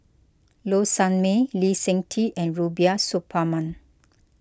Low Sanmay Lee Seng Tee and Rubiah Suparman